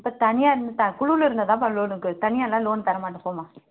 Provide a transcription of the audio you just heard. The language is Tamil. இப்போ தனியாக இருந்தால் தான் குழுவில் இருந்தால்தாம்ப்பா லோனுக்கு தனியாவெல்லாம் லோன் தரமாட்டோம் போம்மா